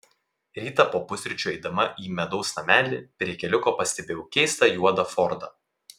rytą po pusryčių eidama į medaus namelį prie keliuko pastebėjau keistą juodą fordą